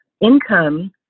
Income